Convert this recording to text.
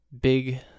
big